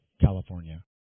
California